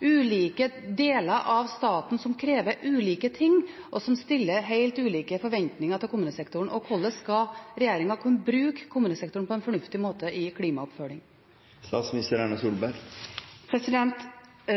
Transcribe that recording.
ulike deler av staten som krever ulike ting, og som stiller helt ulike forventninger til kommunesektoren. Hvordan skal regjeringa kunne bruke kommunesektoren på en fornuftig måte i klimaoppfølging?